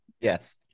Yes